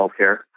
healthcare